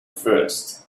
first